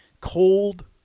cold